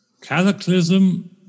Cataclysm